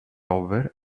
over